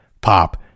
Pop